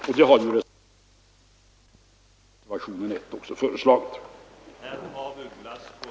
Och det har ju reservanterna också föreslagit i reservationen 1.